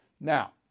Now